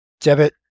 debit